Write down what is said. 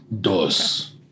Dos